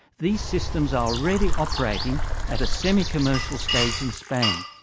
these systems are already operating at a semi-commercial stage in spain.